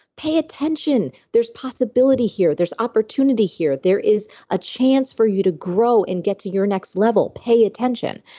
pay attention. there's possibility here. there's opportunity here. there is a chance for you to grow and get to your next level. pay attention.